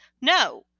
No